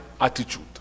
attitude